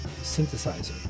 synthesizer